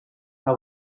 also